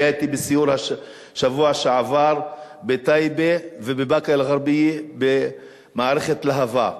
והוא היה אתי בשבוע שעבר בסיור בטייבה ובבאקה-אל-ע'רביה במערכת להב"ה,